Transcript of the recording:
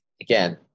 again